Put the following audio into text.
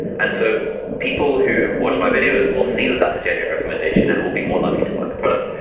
and so people who watch my videos will see that that's a genuine recommendation and will be more likely to buy the product.